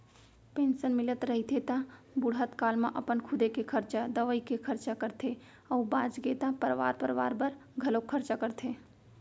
pension मिलत रहिथे त बुड़हत काल म अपन खुदे के खरचा, दवई के खरचा करथे अउ बाचगे त परवार परवार बर घलोक खरचा करथे